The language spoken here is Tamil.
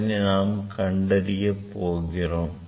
அதனை நாம் கண்டறிய போகிறோம்